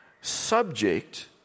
subject